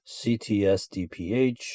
ctsdph